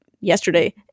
yesterday